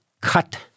cut